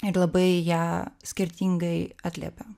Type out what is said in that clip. ir labai ją skirtingai atliepia